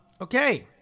okay